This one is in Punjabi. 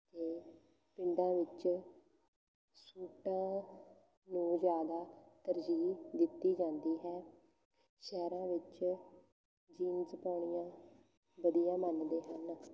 ਅਤੇ ਪਿੰਡਾਂ ਵਿੱਚ ਸੂਟਾਂ ਨੂੰ ਜ਼ਿਆਦਾ ਤਰਜੀਹ ਦਿੱਤੀ ਜਾਂਦੀ ਹੈ ਸ਼ਹਿਰਾਂ ਵਿੱਚ ਜੀਨਜ਼ ਪਾਉਣੀਆ ਵਧੀਆ ਮੰਨਦੇ ਹਨ